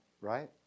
Right